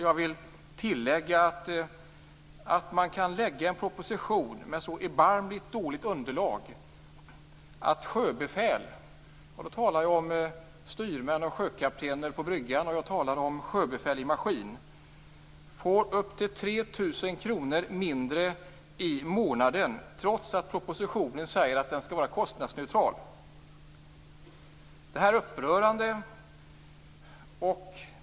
Här vill jag lägga till följande: Att man kan lägga fram en proposition med ett så erbarmligt dåligt underlag att sjöbefäl - styrmän och sjökaptener på bryggan, liksom sjöbefäl i maskin - får uppemot 3 000 kr mindre i månaden, trots att det i propositionen talas om kostnadsneutralitet, är upprörande.